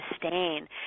sustain